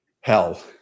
hell